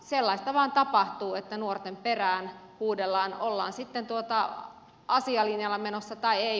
sellaista vain tapahtuu että nuorten perään huudellaan ollaan sitten asialinjalla menossa tai ei